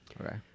okay